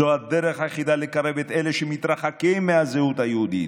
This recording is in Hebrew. זו הדרך היחידה לקרב את אלה שמתרחקים מהזהות היהודית,